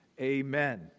amen